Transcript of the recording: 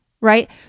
right